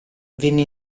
venne